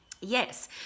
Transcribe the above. yes